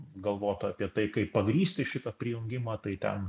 galvota apie tai kaip pagrįsti šitą prijungimą tai ten